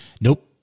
Nope